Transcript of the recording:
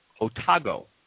Otago